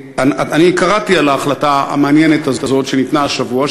קראתי על ההחלטה המעניינת הזאת שנתקבלה השבוע.